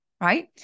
right